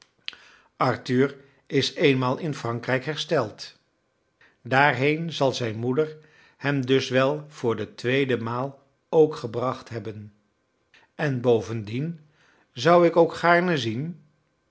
arthur is eenmaal in frankrijk hersteld daarheen zal zijn moeder hem dus wel voor de tweede maal ook gebracht hebben en bovendien zou ik ook gaarne zien